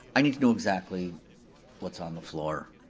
i need to know exactly what's on the floor.